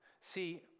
See